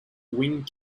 wing